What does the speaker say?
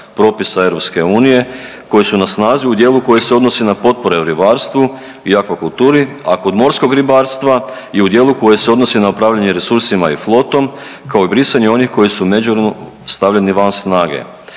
propisa EU koji su na snazi u djelu koji se odnosi na potpore u ribarstvu i akvakulturi, a kod morskog ribarstva i u dijelu koji se odnosi na upravljanje resursima i flotom kao i brisanje onih koji su međuvremenu stavljeni van snage